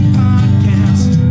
podcast